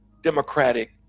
Democratic